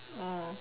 oh